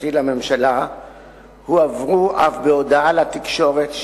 המשפטי לממשלה הועברו בהודעה לתקשורת,